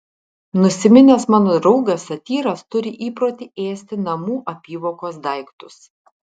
nusiminęs mano draugas satyras turi įprotį ėsti namų apyvokos daiktus